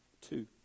Two